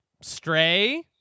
Stray